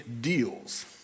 deals